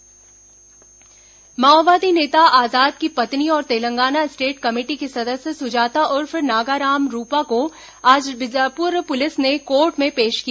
माओवादी गिरफ्तार माओवादी नेता आजाद की पत्नी और तेलंगाना स्टेट कमेटी की सदस्य सुजाता उर्फ नागाराम रूपा को आज बीजापुर पुलिस ने कोर्ट में पेश किया